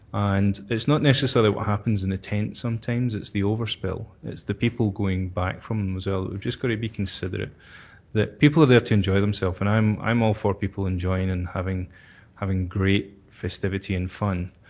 and it's not necessarily what happens in a tent sometimes, it's the overspill, it's the people going back from so just have to be consider that people are there to enjoy themselves and i'm i'm all for people enjoying and having having great festivity and fun.